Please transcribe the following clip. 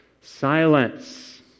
Silence